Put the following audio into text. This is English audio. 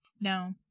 No